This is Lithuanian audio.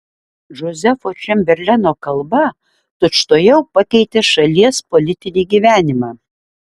džozefo čemberleno kalba tučtuojau pakeitė šalies politinį gyvenimą